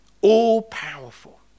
all-powerful